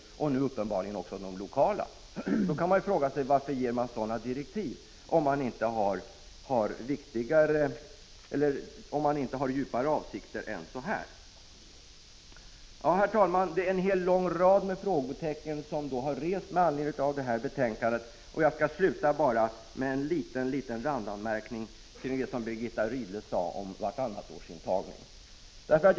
1985/86:48 den — och uppenbarligen även de lokala planeringsråden. Då kan man fråga — 10 december 1985 sig: Varför ger man sådana direktiv, om man inte har djupare avsikter än som GG —- framkommit här? Herr talman! Det finns alltså en lång rad frågetecken med anledning av detta betänkande. Jag skall dock avsluta mitt anförande med att göra en liten liten randanmärkning till det som Birgitta Rydle sade om elevintagning vartannat år.